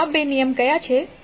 આ બે નિયમ શું છે